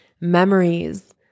memories